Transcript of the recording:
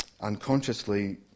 unconsciously